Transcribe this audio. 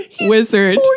wizard